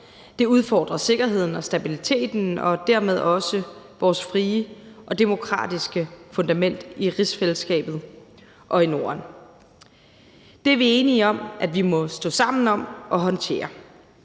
Det udfordrer sikkerheden og stabiliteten og dermed også vores frie og demokratiske fundament i rigsfællesskabet og i Norden. Det er vi enige om at vi må stå sammen om at håndtere.